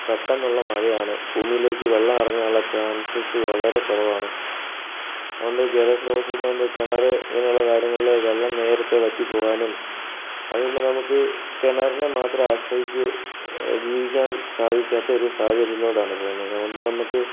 പെട്ടെന്നുള്ള മഴയാണ് ഭൂമിയിലേക്ക് വെള്ളം ഇറങ്ങാനുള്ള ചാൻസസ് വളരെ കുറവാണ് അതുകൊണ്ട് ജലസ്രോതസ്സു കിണർ ഇങ്ങനെയുള്ള കാര്യങ്ങളിൽ വെള്ളം നേരത്തെ വറ്റിപ്പോകാനും അതുകൊണ്ടു നമുക്ക് കിണറിനെ മാത്രം ആശ്രയിച്ച് ജീവിക്കാൻ സാധിക്കാത്തൊരു സാഹചര്യത്തിലോട്ടാണ് പോകുന്നത് അതുകൊണ്ടു നമുക്ക്